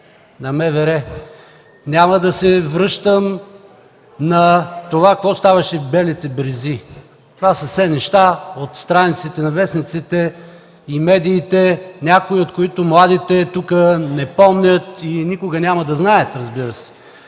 на МВР, няма да се връщам на това какво ставаше в „Белите брези”. Това са все неща от страниците на вестниците и медиите. Някои от младите тук не помнят и никога няма да знаят, разбира се.